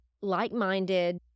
like-minded